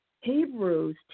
Hebrews